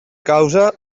causa